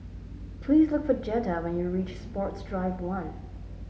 please look for Jetta when you reach Sports Drive One